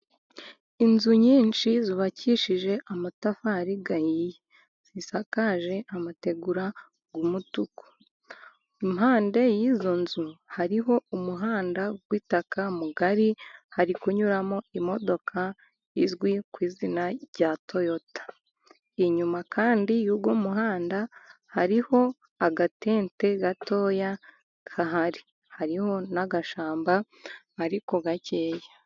Inzu nyinshi zubakishije amatafari ayiye, zisakaje amategura y'umutuku, impande y'izo nzu hariho umuhanda w'itaka mugari hari kunyuramo imodoka izwi ku izina rya toyota, inyuma kandi y'uwo muhanda hariho agatente gatoya gahari, hariho n'agashyamba ariko gatoya.